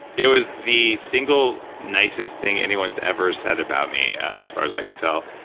it was the single nicest thing anyone's ever said about me, as far as i can tell.